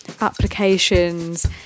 applications